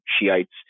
Shiites